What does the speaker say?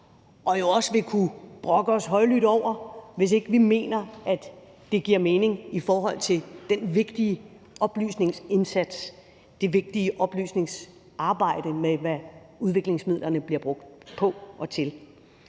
også vil kunne brokke os højlydt over, hvis vi ikke mener, at det giver mening i forhold til den vigtige oplysningsindsats og det vigtige oplysningsarbejde om, hvad udviklingsmidlerne bliver brugt til.